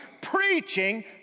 preaching